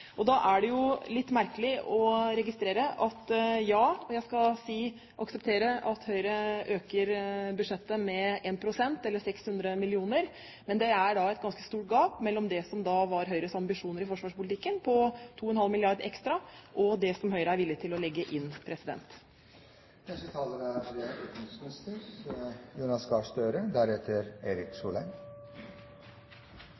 ja, jeg skal akseptere det – men det er et ganske stort gap mellom det som da var Høyres ambisjoner i forsvarspolitikken, på 2,5 mrd. kr ekstra, og det som Høyre er villig til å legge inn. La meg først kommentere det som ble nevnt her